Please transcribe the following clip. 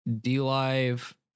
D-Live